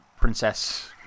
Princess